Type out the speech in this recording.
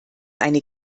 eine